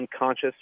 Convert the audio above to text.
unconscious